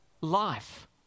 life